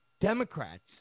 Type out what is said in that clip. Democrats